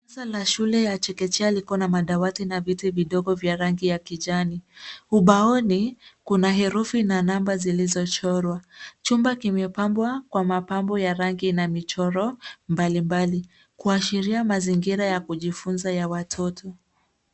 Darasa la shule ya chekechea likona madawati na viti vidogo vya rangi ya kijani. Ubaoni kuna herufi na namba zilizochorwa. Chumba kimepambwa kwa mapambo ya rangi na michoro mbalimbali kuashiria mazingira ya kujifunza ya watoto.